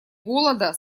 голода